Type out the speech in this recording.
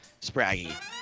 Spraggy